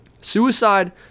Suicide